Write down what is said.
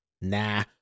Nah